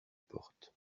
porte